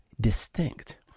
distinct